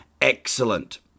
Excellent